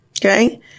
Okay